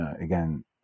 again